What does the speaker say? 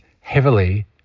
heavily